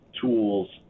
tools